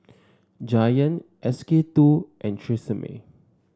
Giant S K two and Tresemme